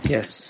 Yes